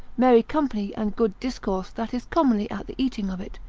merry company and good discourse that is commonly at the eating of it,